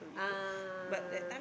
ah